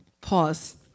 pause